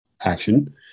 action